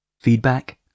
Feedback